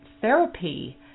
therapy